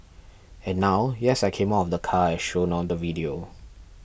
and now yes I came out of the car as shown on the video